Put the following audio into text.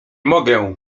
mogę